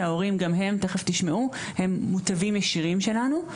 שההורים גם הם ותיכף אתם תשמעו הם מוטבים ישירים שלנו.